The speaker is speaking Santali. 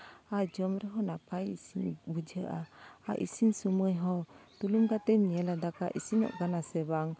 ᱟᱨ ᱡᱚᱢ ᱨᱮᱦᱚᱸ ᱱᱟᱯᱟᱭ ᱤᱥᱤᱱ ᱵᱩᱡᱷᱟᱹᱜᱼᱟ ᱟᱨ ᱤᱥᱤᱱ ᱥᱚᱢᱚᱭ ᱦᱚᱸ ᱛᱩᱱᱩᱢ ᱠᱟᱛᱮ ᱮᱢ ᱧᱮᱞᱟ ᱫᱟᱠᱟ ᱤᱥᱤᱱᱚᱜ ᱠᱟᱱᱟ ᱥᱮ ᱵᱟᱝ